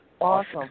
Awesome